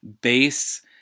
base